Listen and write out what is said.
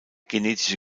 genetische